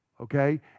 Okay